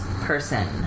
person